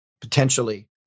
potentially